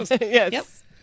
Yes